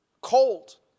cold